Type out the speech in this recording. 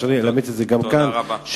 ואפשר לאמץ את זה גם כאן,